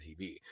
TV